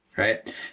right